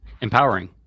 Empowering